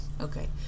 Okay